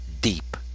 deep